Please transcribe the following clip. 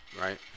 right